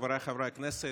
חבריי חברי הכנסת,